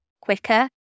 quicker